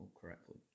correctly